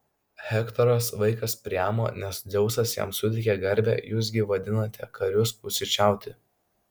hektoras vaikas priamo nes dzeusas jam suteikė garbę jūs gi vadinate karius pusryčiauti